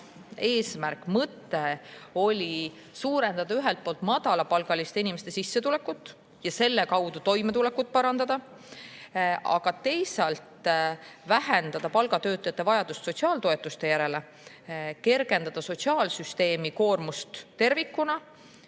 eesmärk ja mõte suurendada ühelt poolt madalapalgaliste inimeste sissetulekut ja selle kaudu nende toimetulekut parandada, aga teisalt vähendada palgatöötajate vajadust sotsiaaltoetuste järele, kergendada sotsiaalsüsteemi koormust tervikuna